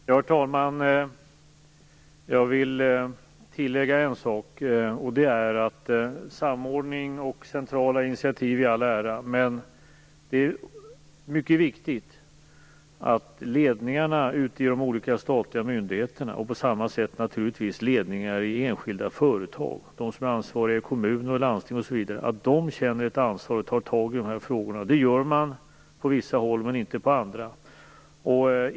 Herr talman! Jag vill tillägga en sak. Samordning och centrala initiativ i all ära, men det är mycket viktigt att ledningarna ute i de olika statliga myndigheterna - och på samma sätt naturligtvis ledningarna i enskilda företag, de som är ansvariga i kommuner och landsting osv. - känner ansvar och tar tag i de här frågorna. Det gör man på vissa håll men inte på andra.